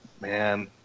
man